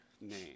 name